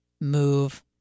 move